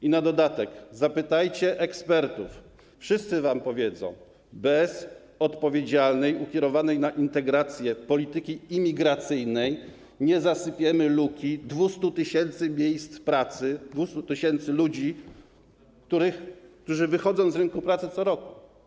I na dodatek: zapytajcie ekspertów, wszyscy wam powiedzą, że bez odpowiedzialnej, ukierunkowanej na integrację polityki imigracyjnej nie zasypiemy luki 200 tys. miejsc pracy, 200 tys. ludzi, którzy wychodzą z rynku pracy co roku.